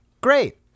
Great